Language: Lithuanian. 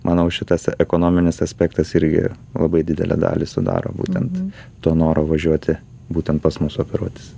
manau šitas ekonominis aspektas irgi labai didelę dalį sudaro būtent to noro važiuoti būtent pas mus operuotis